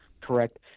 correct